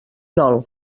dol